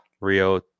rio